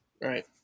right